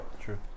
True